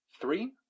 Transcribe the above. Three